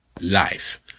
life